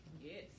Yes